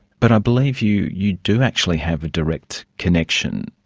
but i believe you you do actually have a direct connection.